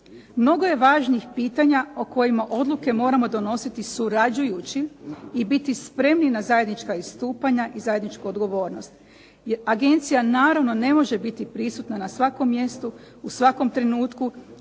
Mnogo je važnih pitanja o kojima odluke moramo donositi surađujući i biti spremni na zajednička istupanja i zajedničku odgovornost. Agencija naravno ne može biti prisutna na svakom mjestu u svakom trenutku